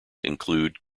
include